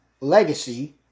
Legacy